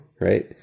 right